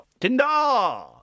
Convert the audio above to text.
Tinder